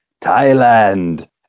Thailand